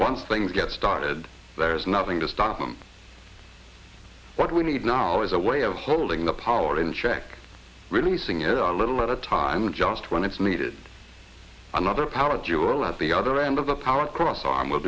once things get started there's nothing to stop them what we need now is a way of holding the power in check releasing it our little at a time and just when it's needed another power gen at the other end of the power cross